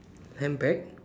handbag